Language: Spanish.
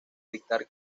dictar